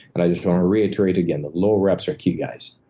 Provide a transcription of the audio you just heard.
and i just want to reiterate again, the lower reps are key, guys.